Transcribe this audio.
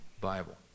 Bible